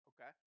okay